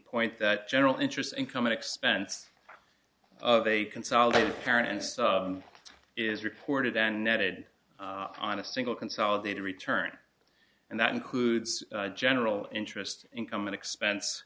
point that general interest income expense of a consolidated parents is reported and netted on a single consolidated return and that includes general interest income and expense